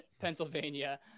Pennsylvania